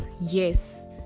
yes